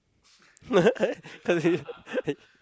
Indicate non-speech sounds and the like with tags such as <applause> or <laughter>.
<laughs>